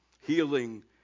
healing